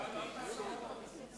שהיינו בו קודם,